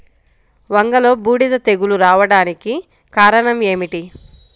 వంగలో బూడిద తెగులు రావడానికి కారణం ఏమిటి?